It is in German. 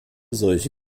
solche